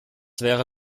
wäre